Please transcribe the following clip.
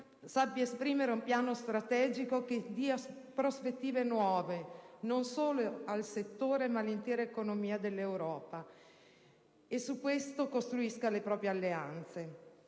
sappia esprimere un piano strategico che dia prospettive nuove non solo al settore, ma all'intera economia dell'Europa, e su questo costruisca le proprie alleanze.